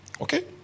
Okay